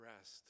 rest